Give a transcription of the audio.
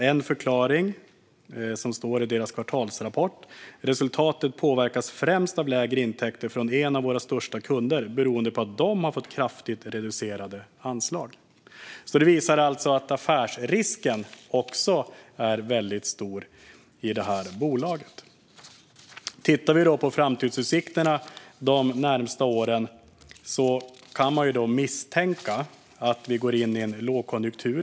En förklaring som står i deras kvartalsrapport är: "Resultatet påverkas främst av lägre intäkter från en av våra största kunder beroende på att de har fått kraftigt reducerade anslag." Detta visar att affärsrisken är väldigt stor i bolaget. Tittar man på framtidsutsikterna för de närmaste åren kan man misstänka att vi går in i en lågkonjunktur.